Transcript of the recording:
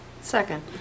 Second